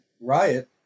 riot